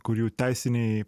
kur jų teisiniai